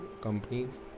companies